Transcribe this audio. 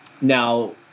Now